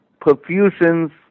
perfusions